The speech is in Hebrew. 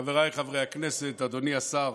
חבריי חברי הכנסת, אדוני השר,